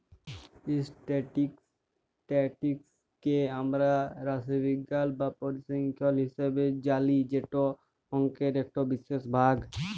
statistics কে আমরা রাশিবিজ্ঞাল বা পরিসংখ্যাল হিসাবে জালি যেট অংকের ইকট বিশেষ ভাগ